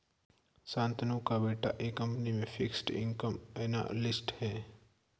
शांतनु का बेटा एक कंपनी में फिक्स्ड इनकम एनालिस्ट है